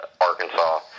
Arkansas